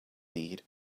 need